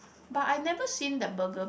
but I never seen that burger